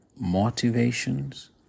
motivations